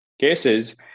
cases